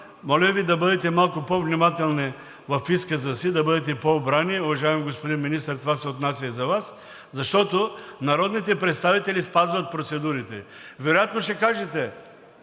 моля Ви да бъдете малко по-внимателни в изказа си, да бъдете по-обрани, уважаеми господин Министър, това се отнася и за Вас, защото народните представители спазват процедурите. Вероятно ще кажете: